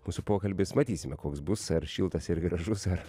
mūsų pokalbis matysime koks bus ar šiltas ir gražus ar